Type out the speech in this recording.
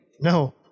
No